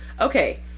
okay